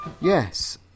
Yes